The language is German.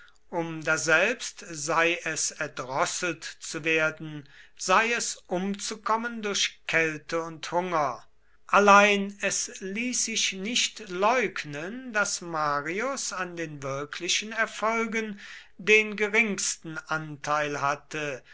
um daselbst sei es erdrosselt zu werden sei es umzukommen durch kälte und hunger allein es ließ sich nicht leugnen daß marius an den wirklichen erfolgen den geringsten anteil hatte